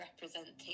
representation